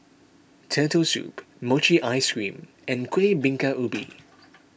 Turtle Soup Mochi Ice Cream and Kueh Bingka Ubi